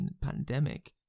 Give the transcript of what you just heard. pandemic